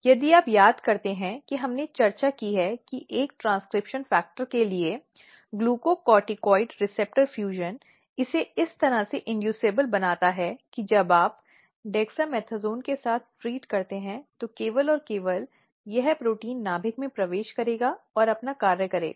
यदि आप याद करते हैं कि हमने चर्चा की है कि एक ट्रांसक्रिप्शन फैक्टर के लिए ग्लुकोकॉर्टीकॉइड रिसेप्टर संलयन इसे इस तरह से इन्डयूसबल बनाता है कि जब आप डेक्सामेथासोन के साथ ट्रीट करते हैं तो केवल और केवल यह प्रोटीन नाभिक में प्रवेश करेगा और अपना कार्य करेगा